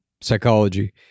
psychology